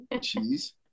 Cheese